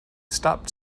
stop